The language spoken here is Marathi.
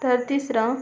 तर तिसरं